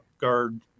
Guard